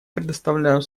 предоставляю